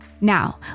Now